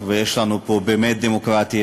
ויש לנו פה באמת דמוקרטיה,